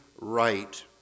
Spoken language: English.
right